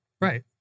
right